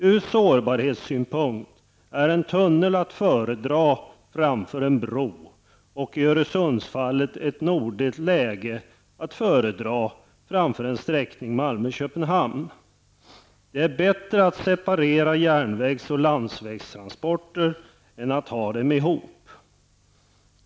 Ur sårbarhetssynpunkt är en tunnel att föredra framför en bro och i Öresundsfallet ett nordligt läge att föredra framför en sträckning Malmö-- Köpenhamn. Det är bättre att separera järnvägsoch landsvägstransporter än att ha dem ihop.